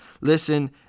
Listen